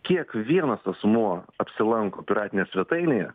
kiek vienas asmuo apsilanko piratinėje svetainėje